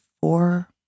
four